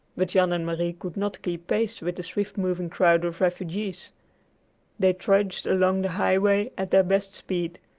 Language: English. but jan and marie could not keep pace with the swift-moving crowd of refugees they trudged along the highway at their best speed,